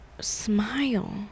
smile